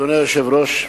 אדוני היושב-ראש,